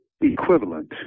Equivalent